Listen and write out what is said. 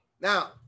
Now